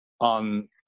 on